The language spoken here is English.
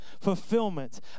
fulfillment